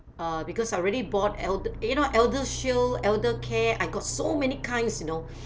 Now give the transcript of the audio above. uh because I already bought elder you know ElderShield Eldercare I got so many kinds you know